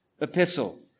epistle